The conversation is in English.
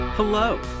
Hello